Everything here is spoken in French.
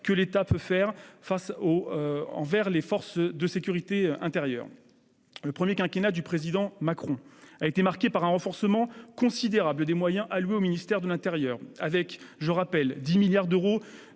que l'État puisse fournir aux forces de sécurité intérieure. Le premier quinquennat du Président Macron a été marqué par un renforcement considérable des moyens alloués au ministère de l'intérieur, avec, je le rappelle, 10 milliards d'euros